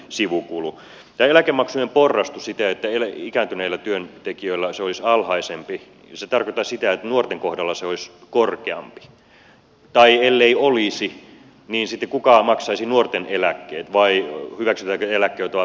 tämä eläkemaksujen porrastus siten että ikääntyneillä työntekijöillä se olisi alhaisempi tarkoittaisi sitä että nuorten kohdalla se olisi korkeampi tai ellei olisi niin kuka sitten maksaisi nuorten eläkkeet vai hyväksytäänkö että eläkkeet ovat pienempiä